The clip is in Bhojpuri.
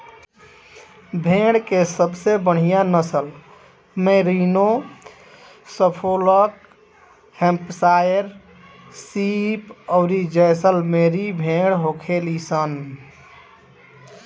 भेड़ के सबसे बढ़ियां नसल मैरिनो, सफोल्क, हैम्पशायर शीप अउरी जैसलमेरी भेड़ होखेली सन